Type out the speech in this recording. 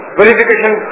verification